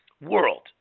world